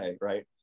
right